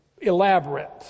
elaborate